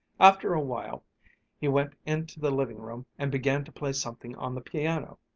after a while he went into the living-room and began to play something on the piano,